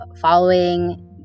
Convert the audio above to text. following